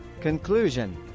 Conclusion